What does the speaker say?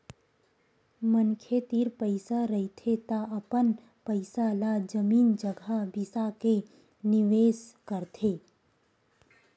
मनखे तीर पइसा रहिथे त अपन पइसा ल जमीन जघा बिसा के निवेस करथे